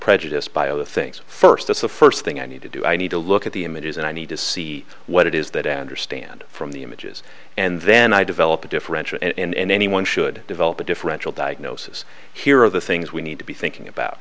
prejudiced by other things first that's the first thing i need to do i need to look at the images and i need to see what it is that an understand from the images and then i develop a differential and anyone should develop a differential diagnosis here of the things we need to be thinking about